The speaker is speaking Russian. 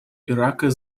ирака